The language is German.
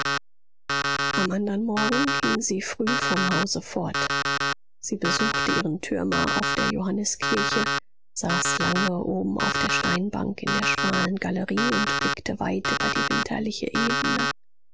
am andern morgen ging sie früh vom hause fort sie besuchte ihren türmer auf der johanniskirche saß lange oben auf der steinbank in der schmalen galerie und blickte weit über die winterliche ebene